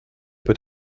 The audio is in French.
peut